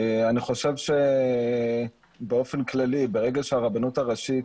אני חושב שבאופן כללי, ברגע שהרבנות הראשית